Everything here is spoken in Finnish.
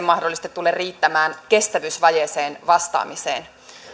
mahdollisesti tule riittämään kestävyysvajeeseen vastaamiseen